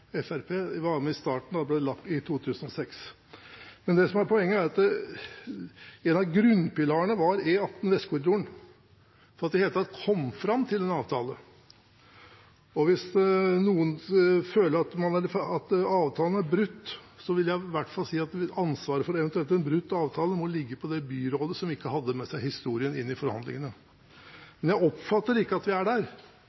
Fremskrittspartiet, var med i starten, i 2006. Men det som er poenget, er at en av grunnpilarene for at de i det hele tatt kom fram til en avtale, var E18 Vestkorridoren. Og hvis noen føler at avtalen er brutt, vil jeg si at ansvaret for en eventuelt brutt avtale må ligge hos det byrådet som ikke hadde med seg historien inn i forhandlingene.